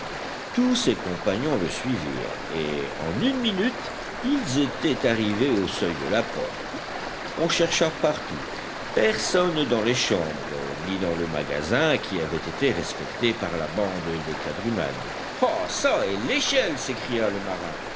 tous ses compagnons le suivirent et en une minute ils étaient arrivés au seuil de la porte on chercha partout personne dans les chambres ni dans le magasin qui avait été respecté par la bande des quadrumanes ah çà et l'échelle s'écria le marin